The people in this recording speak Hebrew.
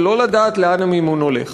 ולא לדעת לאן המימון הולך.